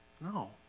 No